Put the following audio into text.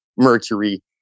Mercury